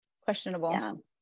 questionable